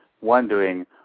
wondering